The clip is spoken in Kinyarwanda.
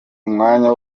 umwanya